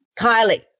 Kylie